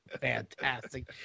fantastic